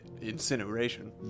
incineration